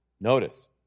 Notice